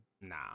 nah